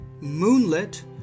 Moonlit